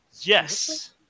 Yes